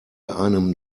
einem